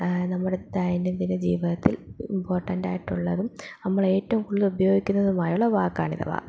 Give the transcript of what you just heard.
നമ്മുടെ ദൈനംദിന ജീവിതത്തിൽ ഇമ്പോർട്ടൻറ്റായിട്ടുള്ളതും നമ്മൾ ഏറ്റവും കൂടുതൽ ഉപയോഗിക്കുന്നതുമായുള്ള വാക്കാണിവ